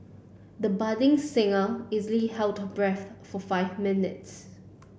the budding singer easily held her breath for five minutes